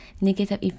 negative